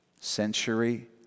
century